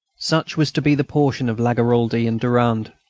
such was to be the portion of lagaraldi and durand.